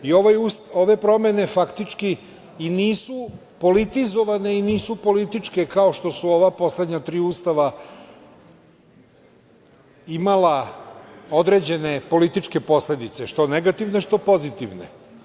Ove promene faktički i nisu politizovane i nisu političke kao što su ova poslednja tri Ustava imala određene političke posledice, što negativne, što pozitivne.